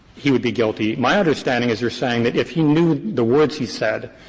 he would be guilty. my understanding is they're saying that if he knew the words he said,